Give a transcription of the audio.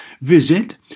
Visit